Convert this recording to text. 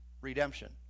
redemption